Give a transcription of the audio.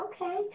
Okay